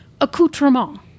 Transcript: accoutrement